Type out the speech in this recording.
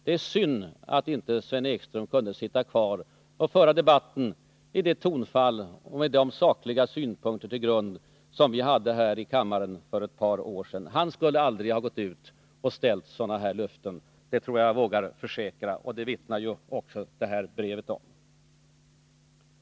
Det är synd att Sven Ekström inte kunde sitta kvar, så att vi kunde föra debatten med det tonfall och med de sakliga synpunkter som vi anförde här i kammaren för några år sedan som grund. Han skulle aldrig ha ställt ut sådana här löften. Det tror jag att jag vågar försäkra, och det vittnar också det här brevet om.